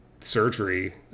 surgery